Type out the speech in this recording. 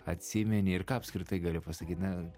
atsimeni ir ką apskritai gali pasakyt na